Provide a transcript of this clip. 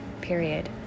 period